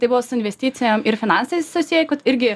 tai buvo su investicijom ir finansais susij irgi